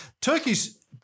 Turkey's